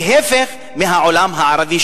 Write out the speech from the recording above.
להיפך מהעולם הערבי,